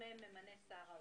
כאשר חמישה מהם ממנה שר הכלכלה,